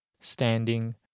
Standing